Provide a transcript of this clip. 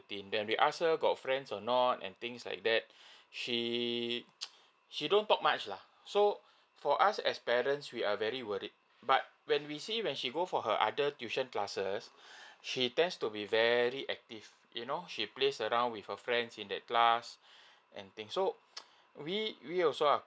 routine then we asked her got friends or not and things like that she she don't talk much lah so for us as parents we are very worried but when we see when she go for her other tuition classes she tends to be very active you know she plays around with her friends in that class and thing so we we also are